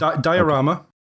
diorama